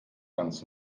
ganz